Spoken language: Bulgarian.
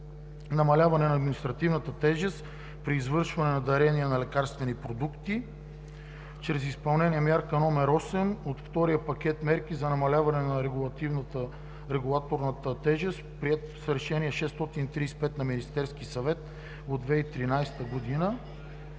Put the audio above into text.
Намаляване на административната тежест при извършване на дарения на лекарствени продукти чрез изпълнение на Мярка № 8 от Втория пакет мерки за намаляване на регулаторната тежест, приет с Решение № 635 на Министерския съвет от 2013 г.,